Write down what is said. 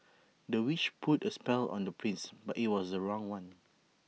the witch put A spell on the prince but IT was the wrong one